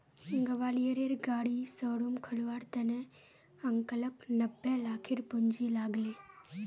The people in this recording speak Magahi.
ग्वालियरेर गाड़ी शोरूम खोलवार त न अंकलक नब्बे लाखेर पूंजी लाग ले